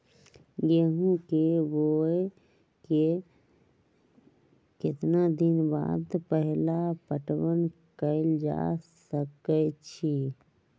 गेंहू के बोआई के केतना दिन बाद पहिला पटौनी कैल जा सकैछि?